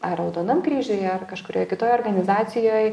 ar raudonam kryžiuj ar kažkurioj kitoj organizacijoj